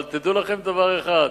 אבל דעו לכם דבר אחד,